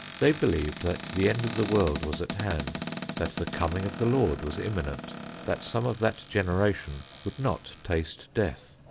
they believed that the end of the world was at hand that the coming of the lord was imminent that some of that generation would not taste death,